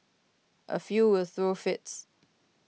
a few will throw fits